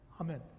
Amen